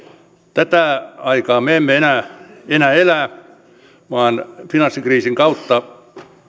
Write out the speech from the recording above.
tätä aikaa me emme enää enää elä vaan finanssikriisin kautta